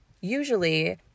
Usually